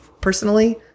personally